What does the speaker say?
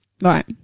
right